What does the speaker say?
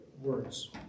words